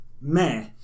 meh